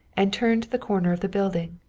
and turned the corner of the building,